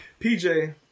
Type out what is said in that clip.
PJ